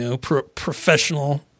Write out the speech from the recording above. professional